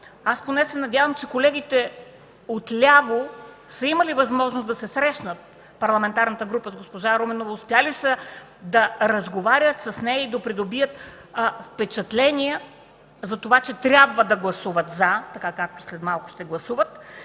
че поне колегите отляво са имали възможност да се срещнат в парламентарната им група с госпожа Руменова, успели са да разговарят с нея и да придобият впечатления за това, че трябва да гласуват „за”, както след малко ще гласуват.